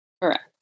Correct